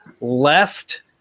left